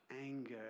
anger